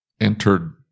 entered